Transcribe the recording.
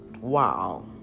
Wow